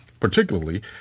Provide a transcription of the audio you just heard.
particularly